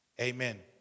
Amen